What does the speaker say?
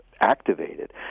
activated